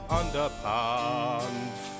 underpants